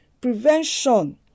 Prevention